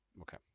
Okay